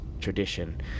tradition